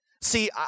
See